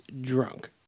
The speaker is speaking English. drunk